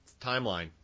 Timeline